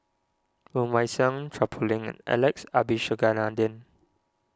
Woon Wah Siang Chua Poh Leng Alex Abisheganaden